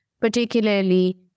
particularly